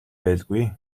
байлгүй